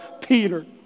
Peter